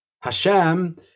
Hashem